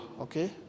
okay